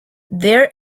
their